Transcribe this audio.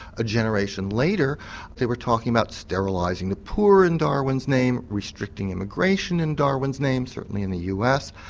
a generation later they were talking about sterilising the poor in darwin's name, restricting immigration in darwin's name, certainly in the us.